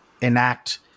enact